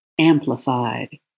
amplified